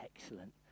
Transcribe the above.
excellent